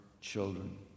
children